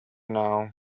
now